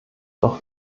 doch